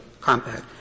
compact